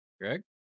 Greg